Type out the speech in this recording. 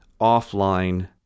offline